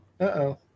Uh-oh